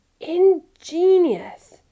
Ingenious